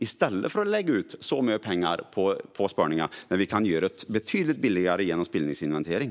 I stället för att lägga ut så mycket pengar på spårningen kan vi göra det betydligt billigare genom spillningsinventering.